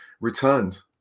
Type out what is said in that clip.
returned